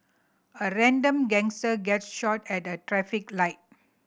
a random gangster gets shot at a traffic light